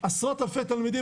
עשרות אלפי תלמידים,